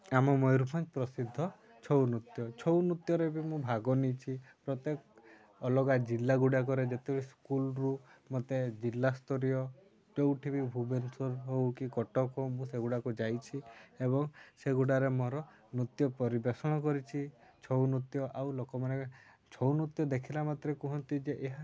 ଆମ ମୟୂରଭଞ୍ଜ ପ୍ରସିଦ୍ଧ ଛଉ ନୃତ୍ୟ ଛଉ ନୃତ୍ୟରେ ବି ମୁଁ ଭାଗ ନେଇଛି ପ୍ରତ୍ୟେକ ଅଲଗା ଜିଲ୍ଲାଗୁଡ଼ିକରେ ଯେତେ ସ୍କୁଲ୍ରୁ ମୋତେ ଜିଲ୍ଲାସ୍ତରୀୟ ଯେଉଁଠି ବି ଭୁବନେଶ୍ୱର ହେଉ କି କଟକ ହେଉ ମୁଁ ସେଗୁଡ଼ିକୁ ଯାଇଛି ଏବଂ ସେଗୁଡ଼ାରେ ମୋର ନୃତ୍ୟ ପରିବେଷଣ କରିଛି ଛଉ ନୃତ୍ୟ ଆଉ ଲୋକମାନେ ଛଉ ନୃତ୍ୟ ଦେଖିଲା ମାତ୍ରେ କୁହନ୍ତି ଯେ ଏହା